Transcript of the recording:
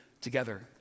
together